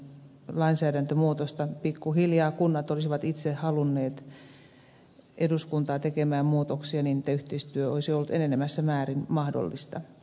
pikkuhiljaa kunnat olisivat itse vaatineet eduskuntaa tekemään muutoksia niin että yhteistyö olisi ollut enenevässä määrin mahdollista